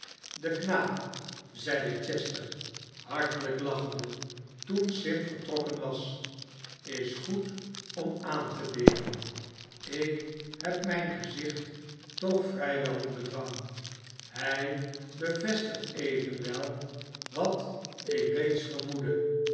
de knaap zeide chester hartelijk lachende toen sim vertrokken was is goed om aan te leeren ik heb mijn gezicht toch vrij wel in bedwang hij bevestigt even wel wat ik reeds vermoedde